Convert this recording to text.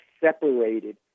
separated